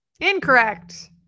Incorrect